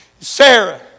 Sarah